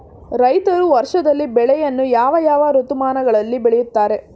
ರೈತರು ವರ್ಷದಲ್ಲಿ ಬೆಳೆಯನ್ನು ಯಾವ ಯಾವ ಋತುಮಾನಗಳಲ್ಲಿ ಬೆಳೆಯುತ್ತಾರೆ?